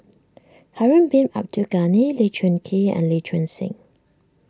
Harun Bin Abdul Ghani Lee Choon Kee and Lee Choon Seng